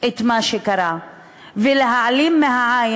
את מה שקרה ולהעלים מהעין.